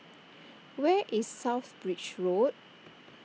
where is South Bridge Road